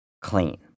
clean